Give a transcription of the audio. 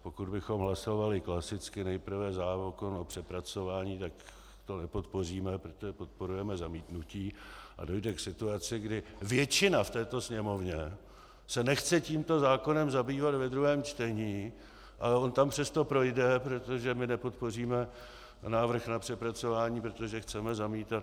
Pokud bychom hlasovali klasicky, nejprve přepracování, tak to nepodpoříme, protože podporujeme zamítnutí, a dojde k situaci, kdy většina v této Sněmovně se nechce tímto zákonem zabývat ve druhém čtení, ale on tam přesto projde, protože my nepodpoříme návrh na přepracování, protože chceme zamítat.